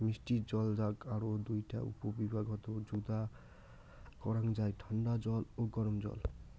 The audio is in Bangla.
মিষ্টি জল যাক আরও দুইটা উপবিভাগত যুদা করাং যাই ঠান্ডা জল ও গরম জল